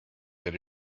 that